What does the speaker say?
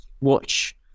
watch